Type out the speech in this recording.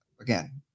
again